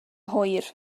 hwyr